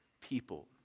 people